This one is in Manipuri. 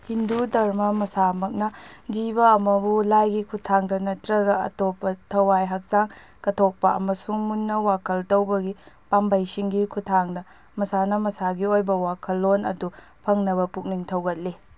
ꯍꯤꯟꯗꯨ ꯙꯔꯃ ꯃꯁꯥꯃꯛꯅ ꯖꯤꯕ ꯑꯃꯕꯨ ꯂꯥꯏꯒꯤ ꯈꯨꯊꯥꯡꯗ ꯅꯠꯇ꯭ꯔꯒ ꯑꯇꯣꯞꯄ ꯊꯋꯥꯏ ꯍꯛꯆꯥꯡ ꯀꯠꯊꯣꯛꯄ ꯑꯃꯁꯨꯡ ꯃꯨꯟꯅ ꯋꯥꯈꯜ ꯇꯧꯕꯒꯤ ꯄꯥꯝꯕꯩꯁꯤꯡꯒꯤ ꯈꯨꯊꯥꯡꯗ ꯃꯁꯥꯅ ꯃꯁꯥꯒꯤ ꯑꯣꯏꯕ ꯋꯥꯈꯜꯂꯣꯟ ꯑꯗꯨ ꯐꯪꯅꯕ ꯄꯨꯛꯅꯤꯡ ꯊꯧꯒꯠꯂꯤ